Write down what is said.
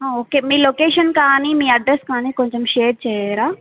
okay మీ location కానీ మీ అడ్రస్ కానీ కొంచెం షేర్ చేయరా